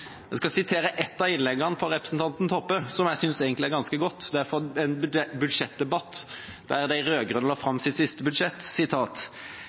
Jeg skal sitere ett av innleggene til representanten Toppe, som jeg egentlig synes er ganske godt. Det er fra en budsjettdebatt der de rød-grønne la fram sitt siste budsjett: